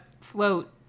float